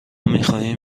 میخواهیم